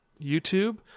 YouTube